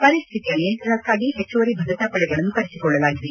ಪರಿಸ್ವಿತಿಯ ನಿಯಂತ್ರಣಕ್ಕಾಗಿ ಹೆಚ್ಚುವರಿ ಭದ್ರತಾ ಪಡೆಗಳನ್ನು ಕರೆಸಿಕೊಳ್ಳಲಾಗಿದೆ